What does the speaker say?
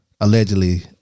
allegedly